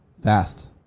fast